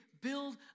build